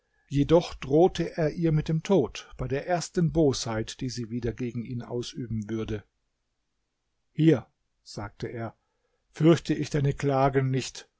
jedoch drohte er ihr mit dem tod bei der ersten bosheit die sie wieder gegen ihn ausüben würde hier sagte er fürchte ich deine klagen nicht